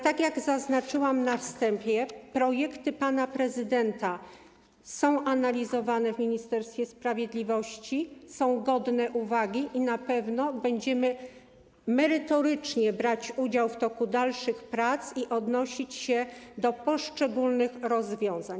Tak jak zaznaczyłam na wstępie, projekty pana prezydenta są analizowane w Ministerstwie Sprawiedliwości, są godne uwagi i na pewno będziemy merytorycznie brać udział w toku dalszych prac i odnosić się do poszczególnych rozwiązań.